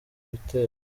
bitero